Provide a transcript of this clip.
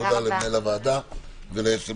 תודה למנהל הוועדה וליועץ המשפטי.